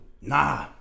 Nah